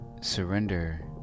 surrender